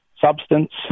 substance